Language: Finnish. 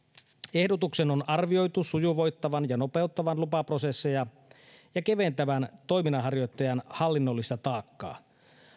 ehdotuksen on arvioitu sujuvoittavan ja nopeuttavan lupaprosesseja ja keventävän toiminnanharjoittajan hallinnollista taakkaa